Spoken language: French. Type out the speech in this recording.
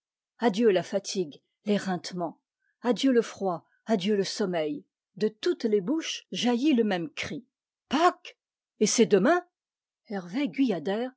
adieu la fatigue l'éreintement adieu le froid adieu le sommeil de toutes les bouches jaillit le même cri pâques et c'est demain hervé guyader